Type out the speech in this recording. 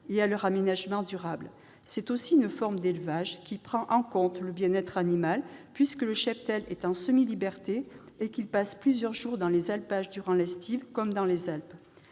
et à leur aménagement durable. C'est aussi une forme d'élevage qui prend en compte le bien-être animal puisque le cheptel est en semi-liberté et qu'il passe plusieurs jours dans les alpages durant l'estive, comme dans les Alpes.